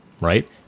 Right